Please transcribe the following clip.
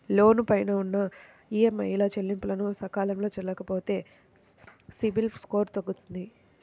లోను పైన ఉన్న ఈఎంఐల చెల్లింపులను సకాలంలో చెయ్యకపోతే సిబిల్ స్కోరు తగ్గుతుంది